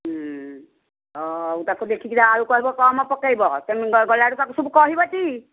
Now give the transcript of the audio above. ହଉ ତାକୁ ଦେଖିକିର ଆଳୁ କହିବ କମ୍ ପକାଇବ ତୁମେ ଗଲାଠୁ ତାକୁ ସବୁ କହିବ ଟି